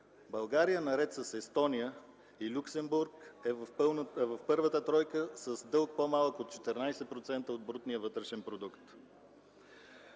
България, наред с Естония и Люксембург, е в първата тройка с дълг, който е по-малък от 14% от брутния вътрешен продукт.